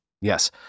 Yes